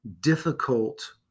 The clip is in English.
difficult